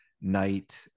night